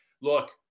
Look